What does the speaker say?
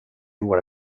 våra